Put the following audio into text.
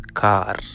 car